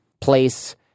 place